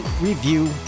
review